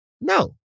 no